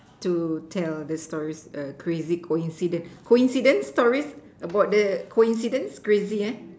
to tell the stories crazy coincidence coincidence stories about the coincidence crazy